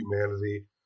humanity